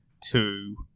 two